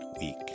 week